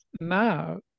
now